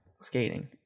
skating